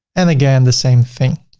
and again the same thing.